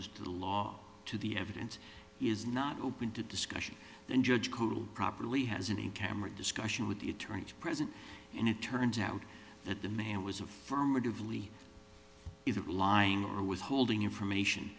the law to the evidence is not open to discussion and judge who will properly has any camera discussion with the attorneys present and it turns out that the man was affirmatively is it lying or withholding information